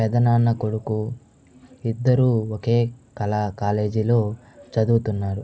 పెదనాన్న కొడుకు ఇద్దరూ ఒకే కళా కాలేజీ లో చదువుతున్నారు